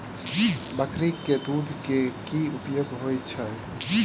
बकरी केँ दुध केँ की उपयोग होइ छै?